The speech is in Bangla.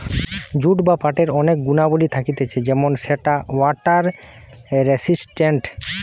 জুট বা পাটের অনেক গুণাবলী থাকতিছে যেমন সেটা ওয়াটার রেসিস্টেন্ট